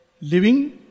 living